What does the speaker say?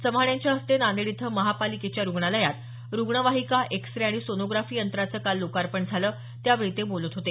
चव्हाण यांच्या हस्ते नांदेड इथं महापालिकेच्या रुग्णालयात रुग्णवाहिका एक्सरे आणि सोनोग्राफी यंत्रांचं काल लोकार्पण झालं त्यावेळी ते बोलत होते